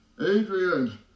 adrian